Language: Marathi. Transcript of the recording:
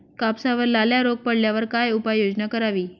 कापसावर लाल्या रोग पडल्यावर काय उपाययोजना करावी?